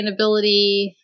sustainability